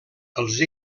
els